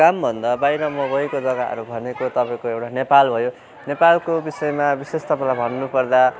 कामभन्दा बाहिर म गएको जग्गाहरू भनेको तपाईँको एउटा नेपाल भयो नेपालको विषयमा विशेष तपाईँलाई भन्नु पर्दा